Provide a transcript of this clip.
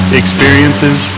experiences